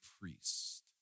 priest